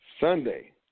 Sunday